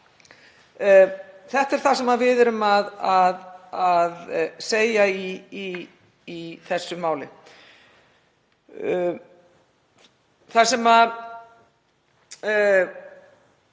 Þetta er það sem við erum að segja í þessu máli. Ég vil